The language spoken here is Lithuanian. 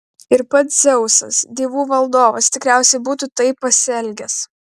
ir pats dzeusas dievų valdovas tikriausiai būtų taip pasielgęs